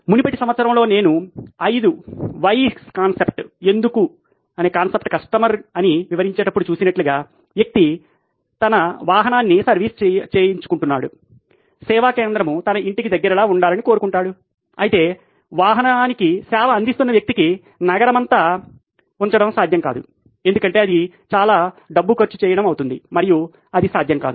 మునుపటి సందర్భంలో నేను 5 వైస్ కాన్సెప్ట్ అని వివరించేటప్పుడు చూసినట్లుగా కస్టమర్ వ్యక్తి తన వాహనాన్ని సర్వీస్ చేసుకుంటున్నాడు సేవా కేంద్రం తన ఇంటికి దగ్గరగా ఉండాలని కోరుకుంటాడు అయితే వాహనానికి సేవ అందిస్తున్న వ్యక్తికి నగరమంతా ఉంచడం సాధ్యం కాదు ఎందుకంటే ఇది చాలా డబ్బు ఖర్చు చేయడం అవుతుంది మరియు అది సాధ్యం కాదు